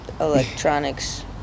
electronics